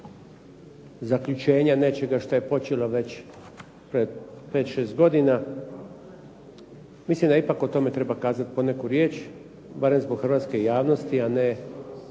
zaključenja nečega šta je počelo već pred 5, 6 godina, mislim da ipak o tome treba kazati po neku riječ, barem zbog hrvatske javnosti, a ne